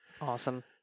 Awesome